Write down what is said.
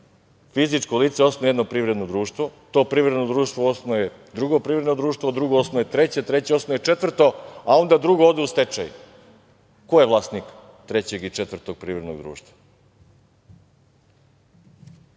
fizičko lice osnuje jedno privredno društvo, to privredno društvo osnuje drugo privredno društvo, drugo osnuje treće, a treće osnuje četvrto, a onda drugo ode u stečaj. Ko je vlasnik trećeg i četvrtog privrednog društva?